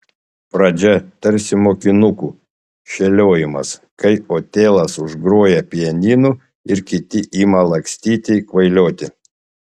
pradžia tarsi mokinukų šėliojimas kai otelas užgroja pianinu ir kiti ima lakstyti kvailioti